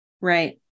Right